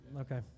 Okay